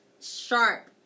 sharp